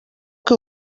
què